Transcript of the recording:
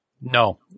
No